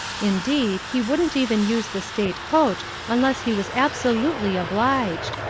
indeed, he wouldn't even use the state coach unless he was absolutely obliged.